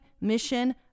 mission